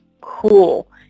cool